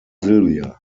sylvia